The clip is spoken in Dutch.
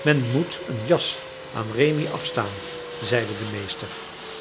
men moet een jas aan rémi afstaan zeide de meester